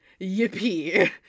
Yippee